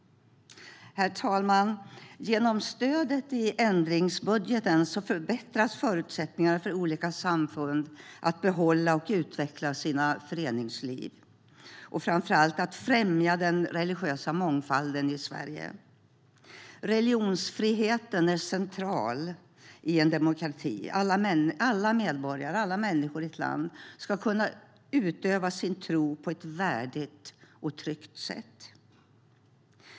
Herr talman! Genom stödet i ändringsbudgeten förbättras förutsättningarna för olika samfund att behålla och utveckla sina föreningsliv och framför allt att främja den religiösa mångfalden i Sverige. Religionsfriheten är central i en demokrati. Alla människor i ett land ska kunna utöva sin tro på ett värdigt och tryggt sätt.